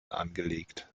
angelegt